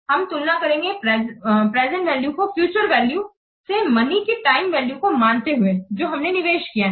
हम तुलना करेंगे प्रेजेंट वैल्यू को फ्यूचर वैल्यू से मनी की टाइम वैल्यू को मानते हुए जो हमने निवेश किया है